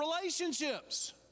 relationships